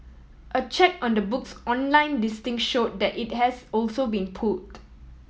a check on the book's online listing showed that it has also been pulled